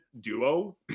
duo